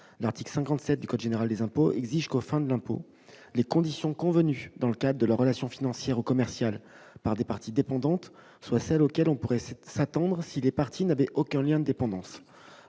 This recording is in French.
l'article 57 du code général des impôts exige que les conditions convenues dans le cadre de leurs relations financières ou commerciales par des parties dépendantes soient celles auxquelles on pourrait s'attendre si les parties n'avaient aucun lien de dépendance.